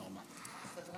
תודה רבה.